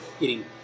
eating